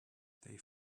they